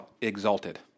exalted